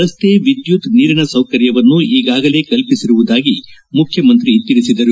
ರಕ್ತೆ ವಿದ್ಯುತ್ ನೀರಿನ ಸೌಕರ್ಯವನ್ನು ಈಗಾಗಲೇ ಕಲ್ಪಿಸಿರುವುದಾಗಿ ಮುಖ್ಯಮಂತ್ರಿ ತಿಳಿಸಿದರು